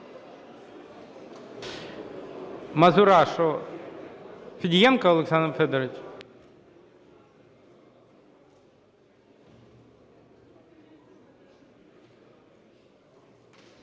Мазурашу. Федієнко Олександр Федорович.